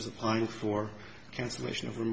was applying for cancellation of